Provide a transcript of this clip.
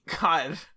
God